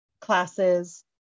classes